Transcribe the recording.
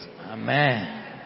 Amen